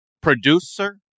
producer